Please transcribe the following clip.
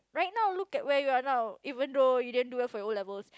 right now look at where you are right now even though you didn't do well for your O-levels